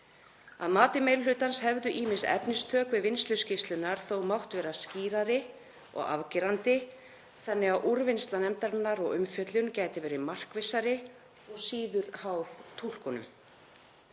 Að mati meiri hlutans hefðu ýmis efnistök við vinnslu skýrslunnar þó mátt vera skýrari og afgerandi þannig að úrvinnsla nefndarinnar og umfjöllun gæti verið markvissari og síður háð túlkunum.